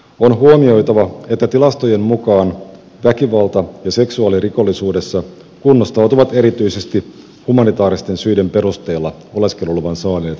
on huomioitava että tilastojen mukaan väkivalta ja seksuaalirikollisuudessa kunnostautuvat erityisesti humanitaaristen syiden perusteella oleskeluluvan saaneet henkilöt